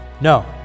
no